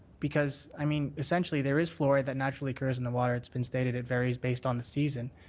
because, i mean, essentially there is fluoride that naturally occurs in the water. it's been stated it varies based on the season.